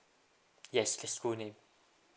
yes the school name